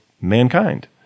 mankind